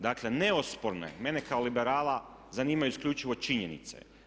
Dakle, neosporno je mene kao liberala zanimaju isključivo činjenice.